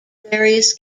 various